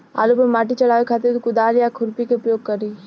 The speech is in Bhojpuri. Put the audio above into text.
आलू पर माटी चढ़ावे खातिर कुदाल या खुरपी के प्रयोग करी?